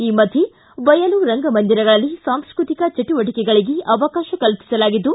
ಈ ಮಧ್ಯೆ ಬಯಲು ರಂಗ ಮಂದಿರಗಳಲ್ಲಿ ಸಾಂಸ್ಕತಿಕ ಚಟುವಟಕೆಗಳಿಗೆ ಅವಕಾಶ ಕಲ್ಪಿಸಲಾಗಿದ್ದು